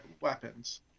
weapons